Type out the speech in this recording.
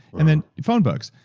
and then, phone books,